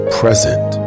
present